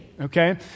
Okay